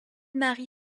marie